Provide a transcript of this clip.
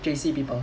J_C people